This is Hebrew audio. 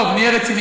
טוב, נהיה רציניים.